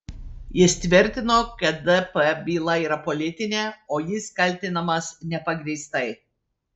jis tvirtino kad dp byla yra politinė o jis kaltinamas nepagrįstai